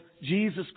Jesus